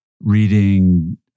reading